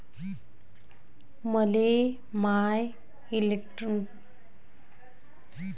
मले my electric light bill कस भरता येईल?